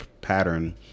pattern